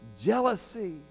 jealousy